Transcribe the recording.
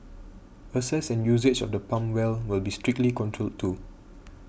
access and usage of the pump well will be strictly controlled too